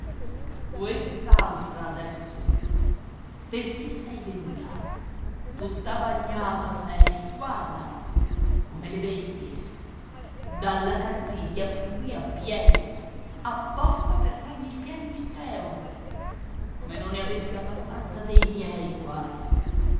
quest'altra adesso perché sei venuta tutta bagnata sei guarda come le bestie dalla canziria fin qui a piedi apposta per farmi il piagnisteo come non ne avessi abbastanza dei miei guai